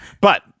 But-